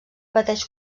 pateix